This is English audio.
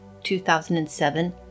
2007